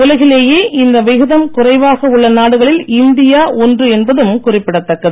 உலகிலேயே இந்த விகிதம் குறைவாக உள்ள நாடுகளில் இந்தியா ஒன்று என்பதும் குறிப்பிடத்தக்கது